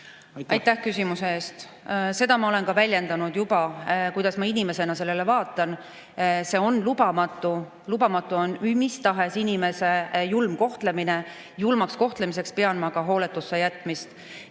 Aitäh küsimuse eest! Seda ma olen ka juba väljendanud, kuidas ma inimesena sellele vaatan. See on lubamatu. Lubamatu on mis tahes inimese julm kohtlemine. Julmaks kohtlemiseks pean ma ka hooletusse jätmist.